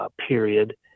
period